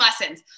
lessons